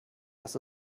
dass